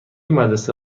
مدرسه